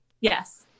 Yes